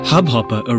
Hubhopper